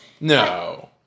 No